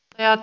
eräänä